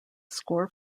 score